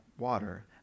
Water